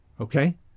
Okay